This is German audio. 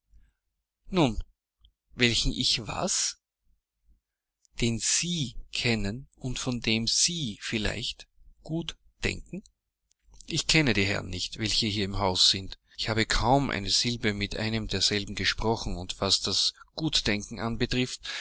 nun welchen ich was den sie kennen und von dem sie vielleicht gut denken ich kenne die herren nicht welche hier im hause sind ich habe kaum eine silbe mit einem derselben gesprochen und was das gutdenken anbetrifft